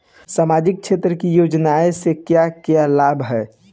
सामाजिक क्षेत्र की योजनाएं से क्या क्या लाभ है?